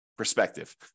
Perspective